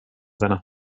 seiner